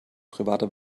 privater